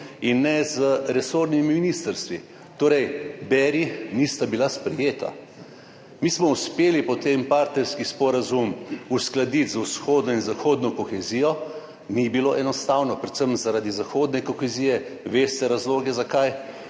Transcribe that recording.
in ne z resornimi ministrstvi. Torej beri: nista bila sprejeta. Mi smo uspeli potem partnerski sporazum uskladiti z vzhodno in zahodno kohezijo. Ni bilo enostavno, predvsem zaradi zahodne kohezije, veste razloge, zakaj.